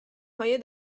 های